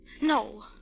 No